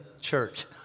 church